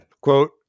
Quote